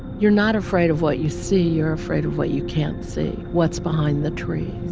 you're not afraid of what you see. you're afraid of what you can't see what's behind the trees,